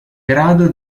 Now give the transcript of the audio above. grado